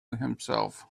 himself